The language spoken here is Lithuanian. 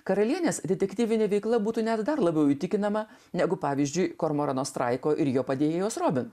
karalienės detektyvine veikla būtų net dar labiau įtikinama negu pavyzdžiui kormoranus taiko ir jo padėjėjo srovę